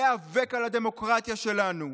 להיאבק על הדמוקרטיה שלנו,